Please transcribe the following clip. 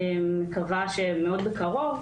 אני מקווה שמאוד בקרוב,